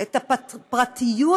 את הפרטיות